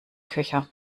köcher